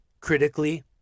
critically